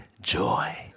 joy